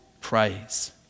praise